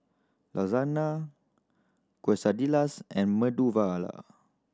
Lasagne Quesadillas and Medu Vada